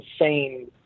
insane